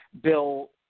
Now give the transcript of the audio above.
Bill